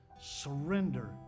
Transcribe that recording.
Surrender